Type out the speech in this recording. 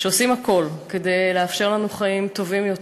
שעושים הכול כדי לאפשר לנו חיים טובים יותר